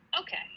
okay